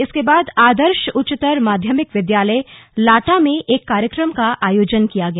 इसके बाद आदर्श उच्चतर माध्यमिक विद्यालय लाटा में एक कार्यक्रम का आयोजन किया गया